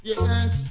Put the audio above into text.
Yes